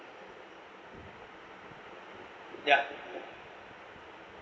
ya